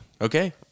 Okay